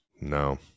No